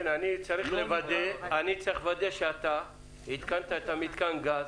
אני צריך לוודא שאתה התקנת את מיתקן הגז